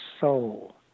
soul